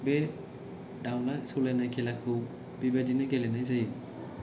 बे दाउला सौलायनाय खेलाखौ बेबादिनो गेलेनाय जायो